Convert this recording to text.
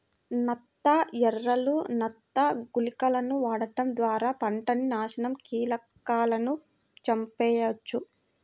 నత్త ఎరలు, నత్త గుళికలను వాడటం ద్వారా పంటని నాశనం కీటకాలను చంపెయ్యొచ్చు